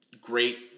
great